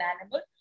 animal